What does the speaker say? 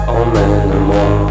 emmène-moi